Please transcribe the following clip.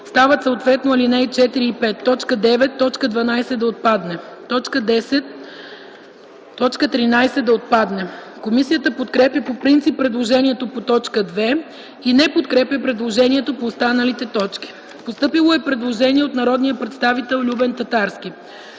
стават съответно алинеи 4 и 5. 9. Точка 12 да отпадне. 10. Точка 13 да отпадне.” Комисията подкрепя по принцип предложението по т. 2 и не подкрепя предложенията по останалите точки. Постъпило е предложение на народния представител Любен Татарски.